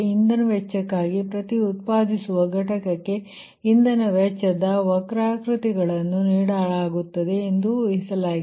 ಇಂಧನ ವೆಚ್ಚಕ್ಕಾಗಿ ಪ್ರತಿ ಉತ್ಪಾದಿಸುವ ಘಟಕಕ್ಕೆ ಇಂಧನ ವೆಚ್ಚದ ವಕ್ರಾಕೃತಿಗಳನ್ನು ನೀಡಲಾಗುತ್ತದೆ ಎಂದು ಊಹಿಸಲಾಗಿದೆ